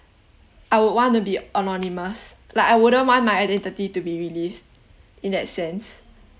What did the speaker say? I would want to be anonymous like I wouldn't want my identity to be released in that sense